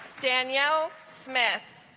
danielle smith